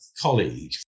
colleague